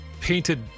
painted